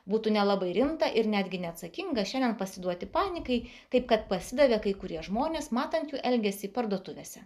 būtų nelabai rimta ir netgi neatsakinga šiandien pasiduoti panikai kaip kad pasidavė kai kurie žmonės matant jų elgesį parduotuvėse